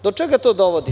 Do čega to dovodi?